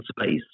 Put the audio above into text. space